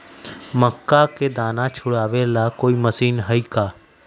मक्का के दाना छुराबे ला कोई मशीन हई का?